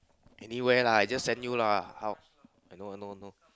anywhere lah I just send you lah how I know I know I know